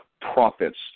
profits